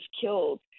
killed